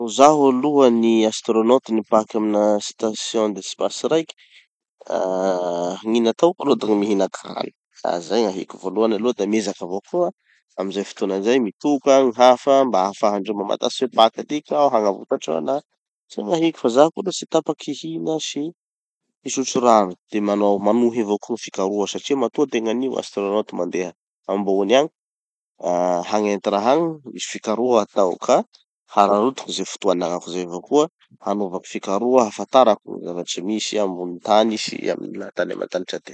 No zaho aloha ny astronaute nipaky amy na station d'espace raiky. Ah gny nataoko aloha da gny mihina kany, da zay gn'ahiko voalohany aloha. Da miezaky avao koa, amizay fotoana zay, mitoka gny hafa mba hahafahandreo mamantatsy hoe paky atiky aho hagnavotandreo anaha. Zay gn'ahiko fa zaho koa aloha tsy tapaky hihina sy hisotro rano de manao manohy avao koa gny fikaroha satria matoa tegnan'io astronaute mandeha ambony agny, ah hagnenty raha any, misy fikaroha atao ka hararaotiko ze fotoa anagnako zay avao koa hanaovako fikaroha hahafatarako gny zavatry misy ambony tany sy amy tany aman-danitra ty.